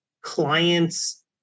clients